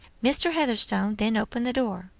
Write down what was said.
mr. heatherstone then opened the door,